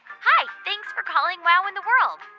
hi. thanks for calling wow in the world.